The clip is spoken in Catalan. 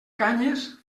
canyes